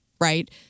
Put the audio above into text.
Right